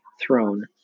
throne